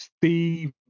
Steve